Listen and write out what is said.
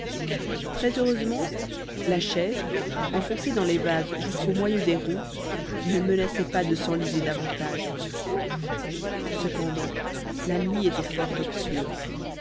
très heureusement la chaise enfoncée dans les vases jusqu'au moyeu des roues ne menaçait pas de s'enliser davantage cependant la nuit était fort obscure